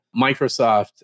Microsoft